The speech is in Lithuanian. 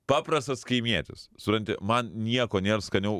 paprastas kaimietis supranti man nieko nėr skaniau